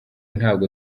ntabwo